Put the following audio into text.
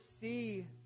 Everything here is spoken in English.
see